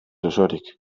osorik